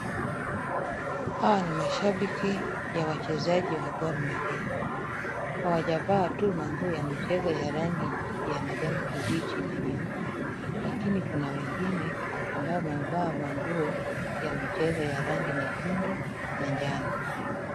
Hawa ni mashabiki ya wachezaji wa Gor Mahia. Hawajavaa tu manguo ya michezo ya rangi ya majani kibichi na nyeupe lakini kuna wengine ambao wamevaa manguo ya michezo ya rangi nyekundu na anjano.